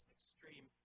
extreme